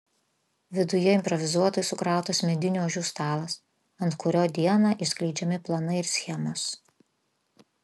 viduje improvizuotai sukrautas medinių ožių stalas ant kurio dieną išskleidžiami planai ir schemos